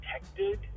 protected